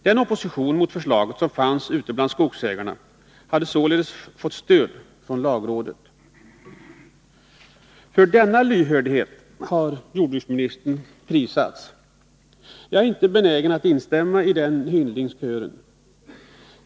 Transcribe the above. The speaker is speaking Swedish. Den opposition mot förslaget som fanns ute bland skogsägarna hade således fått stöd av lagrådet. För denna lyhördhet har jordbruksministern prisats. Jag är inte benägen att instämma i den hyllningskören.